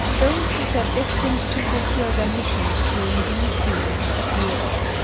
those which are destined to fulfil their missions during the ensuing hundred years.